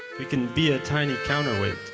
you can be a tiny counterweight.